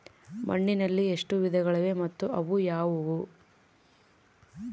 ಮಣ್ಣಿನಲ್ಲಿ ಎಷ್ಟು ವಿಧಗಳಿವೆ ಮತ್ತು ಅವು ಯಾವುವು?